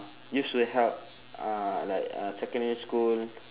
used to have uh like uh secondary school